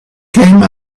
came